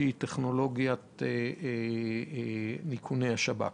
שהיא טכנולוגיית איכוני השב"כ.